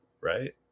right